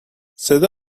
صدا